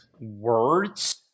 words